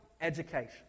education